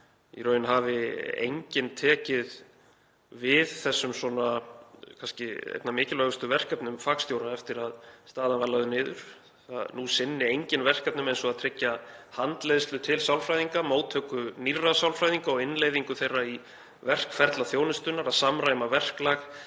í raun hafi enginn tekið við þessum einna mikilvægustu verkefnum fagstjóra eftir að staðan var lögð niður. Nú sinni enginn verkefnum eins og að tryggja handleiðslu til sálfræðinga, móttöku nýrra sálfræðinga og innleiðingu þeirra í verkferla þjónustunnar, að samræma verklag,